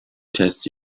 test